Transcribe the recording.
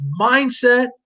mindset